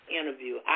interview